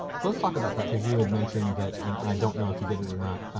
so let's talk about that. cause you had mentioned that, and i don't know if you did it or not.